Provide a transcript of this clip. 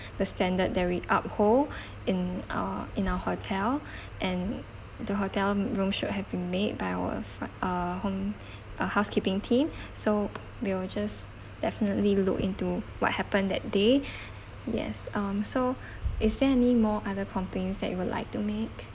the standard that we uphold in uh in our hotel and the hotel room should have been made by our front err home uh housekeeping team so we will just definitely look into what happened that day yes um so is there any more other complaints that you would like to make